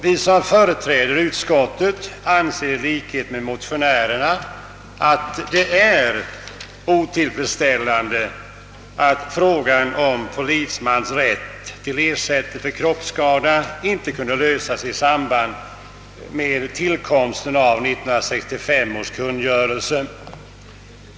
Vi som företräder utskottsmajoriteten anser i likhet med motionärerna, att det är otillfredsställande att frågan om polismans rätt till ersättning för kroppsskada inte kunde lösas i samband med tillkomsten av 1965 års kungörelse.